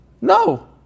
No